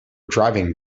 driving